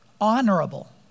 honorable